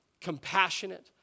compassionate